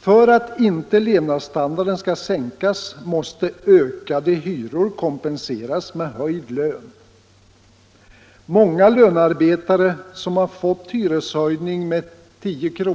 För att inte levnadsstandarden skall sänkas måste ökade hyror kompenseras med höjd lön. Många lönarbetare, som fått hyreshöjning med 10 kr.